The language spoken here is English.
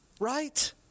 right